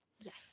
Yes